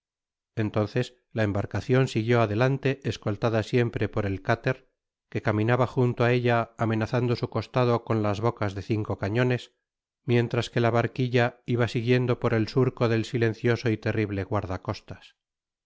entonces la embarcacion siguió adelante escoltada siempre por el cutter que caminaba junto á ella amenazando su costado con las bocas de cinco cationes mientras que la barquilla iba siguiendo por el surco del silencioso y terrible guarda costas